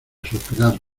suspirar